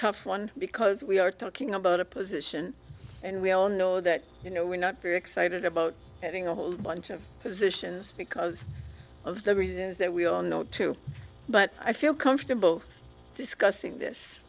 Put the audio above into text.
tough one because we are talking about a position and we all know that you know we're not very excited about getting a whole bunch of positions because of the reasons that we all know too but i feel comfortable discussing this